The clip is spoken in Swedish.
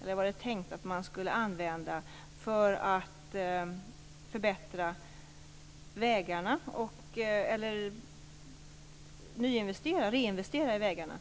det var tänkt att man skulle använda ungefär 26 % för att förbättra vägarna - eller reinvestera i vägarna.